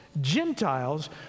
Gentiles